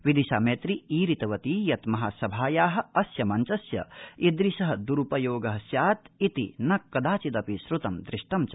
विदिशा मैत्री ईरितवती यत् महासभाया अस्य मंचस्य ईदृश दुरुपयोग स्यात् इति न कदाचिदपि श्रुतं दृष्म् च